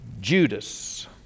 Judas